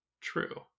True